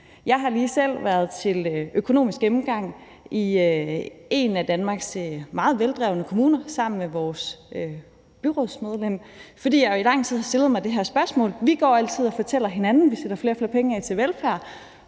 Jeg har lige selv været til økonomisk gennemgang i en af Danmarks meget veldrevne kommuner sammen med vores byrådsmedlem, fordi jeg i lang tid har stillet de her spørgsmål: Vi går altid og fortæller hinanden, at vi sætter flere og flere penge af til velfærd,